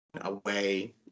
away